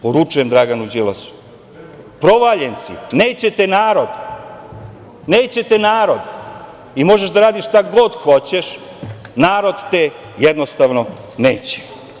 Poručujem Draganu Đilasu – provaljen si, neće te narod i možeš da radiš šta god hoćeš, narod te, jednostavno neće.